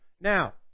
Now